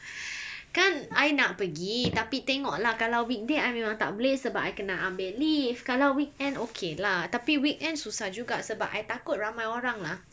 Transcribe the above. kan I nak pergi tapi tengok lah kalau weekday I memang tak boleh sebab I kena ambil leave kalau weekend okay lah tapi weekend susah juga sebab I takut ramai orang lah